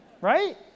Right